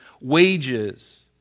wages